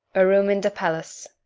a room in the palace.